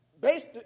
based